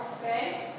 okay